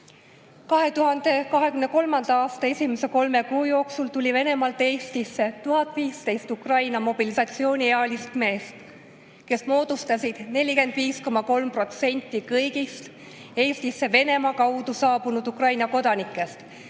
2023. aasta esimese kolme kuu jooksul tuli Venemaalt Eestisse 1015 Ukraina mobilisatsiooniealist meest, kes moodustasid 45,3% kõigist Eestisse Venemaa kaudu saabunud Ukraina kodanikest. Sellega